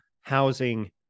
housing